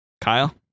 Kyle